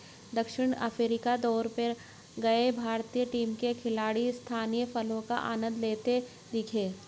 दक्षिण अफ्रीका दौरे पर गए भारतीय टीम के खिलाड़ी स्थानीय फलों का आनंद लेते दिखे